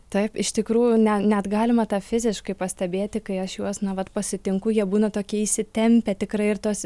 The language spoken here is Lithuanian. taip iš tikrųjų ne net galima tą fiziškai pastebėti kai aš juos na vat pasitinku jie būna tokie įsitempę tikrai ir tos